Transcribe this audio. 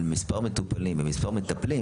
על מספר מטופלים ומספר מטפלים